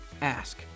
Ask